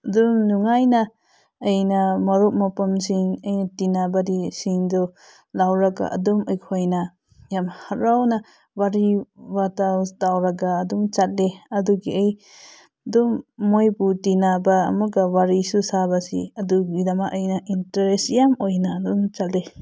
ꯑꯗꯨꯝ ꯅꯨꯡꯉꯥꯏꯅ ꯑꯩꯅ ꯃꯔꯨꯞ ꯃꯄꯥꯡꯁꯤꯡ ꯑꯩꯅ ꯇꯤꯟꯅꯕꯗꯤ ꯁꯤꯡꯗꯨ ꯂꯧꯔꯒ ꯑꯗꯨꯝ ꯑꯩꯈꯣꯏꯅ ꯌꯥꯝ ꯍꯔꯥꯎꯅ ꯋꯥꯔꯤ ꯋꯥꯇꯥꯏ ꯇꯧꯔꯒ ꯑꯗꯨꯝ ꯆꯠꯂꯦ ꯑꯗꯨꯒꯤ ꯑꯩ ꯑꯗꯨꯝ ꯃꯣꯏꯕꯨ ꯇꯤꯟꯅꯕ ꯑꯃꯒ ꯋꯥꯔꯤꯁꯨ ꯁꯥꯕꯁꯤ ꯑꯗꯨꯒꯤꯗꯃꯛ ꯑꯩꯅ ꯏꯟꯇꯔꯦꯁ ꯌꯥꯝ ꯑꯣꯏꯅ ꯑꯗꯨꯝ ꯆꯠꯂꯤ